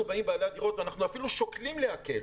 אפילו שוקלים להקל,